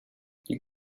you